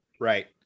right